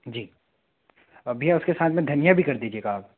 जी भईया उसके साथ में धनिया भी कर दीजिएगा आप